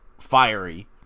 fiery